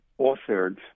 authored